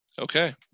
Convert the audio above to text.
okay